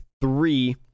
three